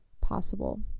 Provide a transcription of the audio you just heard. possible